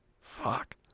Fuck